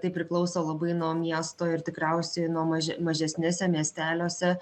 tai priklauso labai nuo miesto ir tikriausiai nuo maže mažesnese miesteliuose